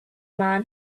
man